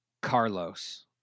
Carlos